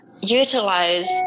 utilize